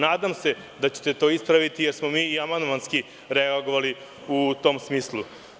Nadam se da ćete to ispraviti, jer smo mi i amandmanski reagovali u tom smislu.